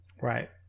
Right